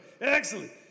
Excellent